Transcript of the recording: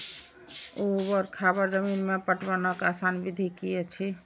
ऊवर खावर जमीन में पटवनक आसान विधि की अछि?